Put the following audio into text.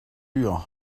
lûrent